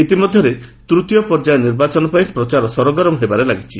ଇତିମଧ୍ୟରେ ତୃତୀୟ ପର୍ଯ୍ୟାୟ ନିର୍ବାଚନ ପାଇଁ ପ୍ରଚାର ସରଗରମ ହେବାରେ ଲାଗିଛି